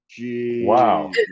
wow